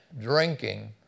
drinking